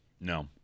No